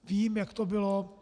Vím, jak to bylo.